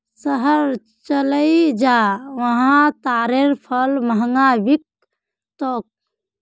शहर चलइ जा वहा तारेर फल महंगा बिक तोक